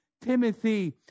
Timothy